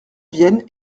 vienne